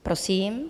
Prosím.